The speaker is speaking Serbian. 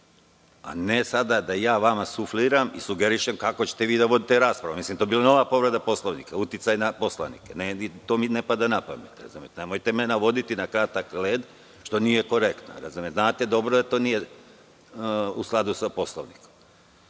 a ne sada da ja vama sufliram i sugerišem kako ćete vi da vodite raspravu. To bi bila nova povreda Poslovnika – uticaj na poslanike. To mi ne pada napamet. Nemojte me navoditi na tanak led, to nije korektno. Znate dobro da to nije u skladu sa Poslovnikom.